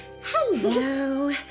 Hello